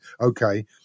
okay